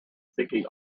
seeking